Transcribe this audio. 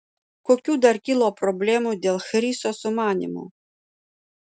kokių dar kilo problemų dėl chriso sumanymų